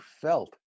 felt